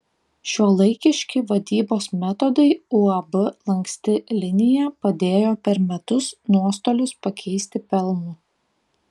šiuolaikiški vadybos metodai uab lanksti linija padėjo per metus nuostolius pakeisti pelnu